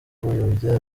kuyobya